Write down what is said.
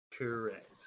Correct